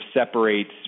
separates